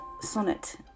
Sonnet